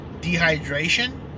dehydration